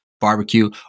barbecue